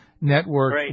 network